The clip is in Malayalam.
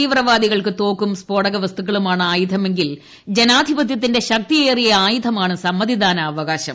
തീവ്രവാദികൾക്ക് തോക്കും സ്ഫോടകവസ്തുക്കളുമാണ് ആയുധമെങ്കിൽ ജനാധിപത്യത്തിന്റെ ശക്തിയേറിയ ആയുധമാണ് സമ്മതിദാനാവകാശം